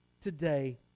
today